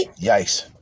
Yikes